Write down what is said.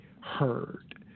heard